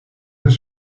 deux